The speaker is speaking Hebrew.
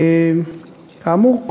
כאמור,